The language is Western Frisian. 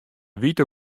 wite